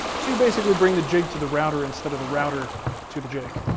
so you basically bring the jig to the router instead of the router to the jig.